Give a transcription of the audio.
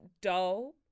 dull